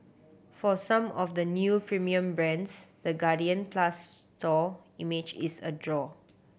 for some of the new premium brands the Guardian Plus store image is a draw